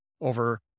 over